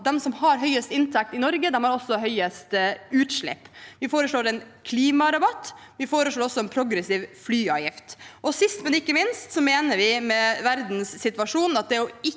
de som har høyest inntekt i Norge, har også høyest utslipp. Vi foreslår en klimarabatt. Vi foreslår også en progressiv flyavgift. Sist, men ikke minst: Vi mener, gitt verdens situasjon, at å ikke